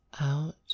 Out